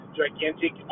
gigantic